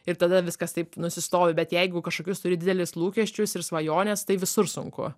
ir tada viskas taip nusistovi bet jeigu kažkokius didelius lūkesčius ir svajones tai visur sunku